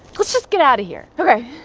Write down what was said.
let's just get out of here. okay.